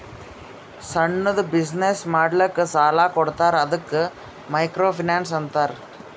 ಸಣ್ಣುದ್ ಬಿಸಿನ್ನೆಸ್ ಮಾಡ್ಲಕ್ ಸಾಲಾ ಕೊಡ್ತಾರ ಅದ್ದುಕ ಮೈಕ್ರೋ ಫೈನಾನ್ಸ್ ಅಂತಾರ